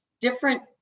different